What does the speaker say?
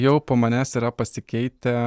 jau po manęs yra pasikeitę